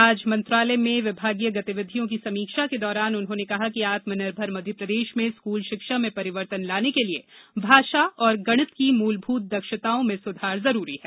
आज मंत्रालय में विभागीय गतिविधियों की समीक्षा के दौरान उन्होंने कहा कि आत्मनिर्भर मध्यप्रदेश में स्कूल शिक्षा में परिवर्तन लाने के लिए भाषा और गणित की मूलभूत दक्षताओं में सुधार जरूरी है